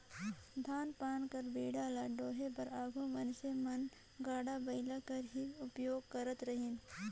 धान पान कर बीड़ा ल डोहे बर आघु मइनसे मन गाड़ा बइला कर ही उपियोग करत रहिन